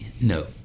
no